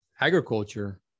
agriculture